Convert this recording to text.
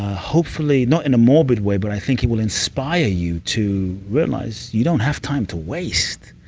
hopefully. not in a morbid way, but i think it will inspire you to realize you don't have time to waste.